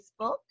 Facebook